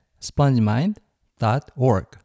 spongemind.org